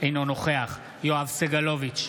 אינו נוכח יואב סגלוביץ'